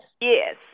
Yes